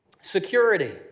security